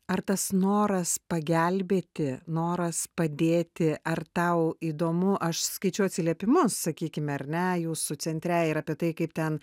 ar tas noras pagelbėti noras padėti ar tau įdomu aš skaičiau atsiliepimus sakykime ar ne jūsų centre ir apie tai kaip ten